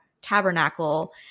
Tabernacle